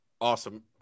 Awesome